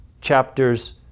chapters